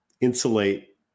insulate